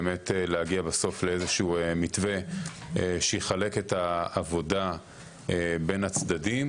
באמת להגיע בסוף לאיזה שהוא מתווה שיחלק את העבודה בין הצדדים,